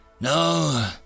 No